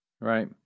Right